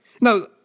No